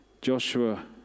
Joshua